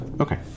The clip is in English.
Okay